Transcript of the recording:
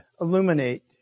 illuminate